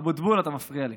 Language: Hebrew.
אבוטבול, אתה מפריע לי,